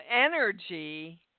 energy